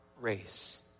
race